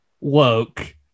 woke